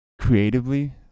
creatively